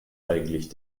eigentlich